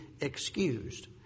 excused